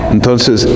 Entonces